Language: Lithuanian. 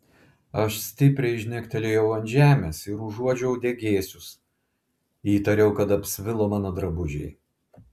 aš stipriai žnektelėjau ant žemės ir užuodžiau degėsius įtariau kad apsvilo mano drabužiai